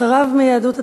אחריו, מיהדות התורה,